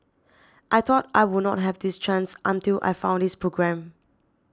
I thought I would not have this chance until I found this programme